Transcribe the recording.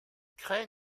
craie